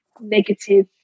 negative